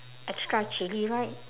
extra chilli right